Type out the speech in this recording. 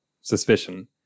suspicion